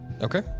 Okay